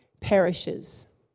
perishes